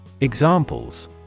Examples